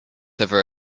over